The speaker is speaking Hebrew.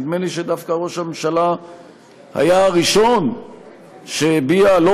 נדמה לי שדווקא ראש הממשלה היה הראשון שהביע לא